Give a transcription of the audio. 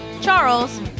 Charles